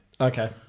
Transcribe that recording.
Okay